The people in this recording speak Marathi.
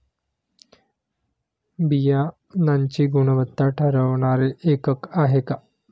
बियाणांची गुणवत्ता ठरवणारे एकक आहे का?